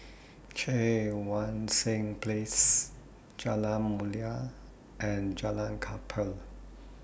Cheang Wan Seng Place Jalan Mulia and Jalan Kapal